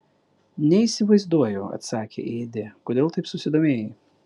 neįsivaizduoju atsakė ėdė kodėl taip susidomėjai